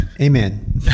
amen